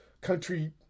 country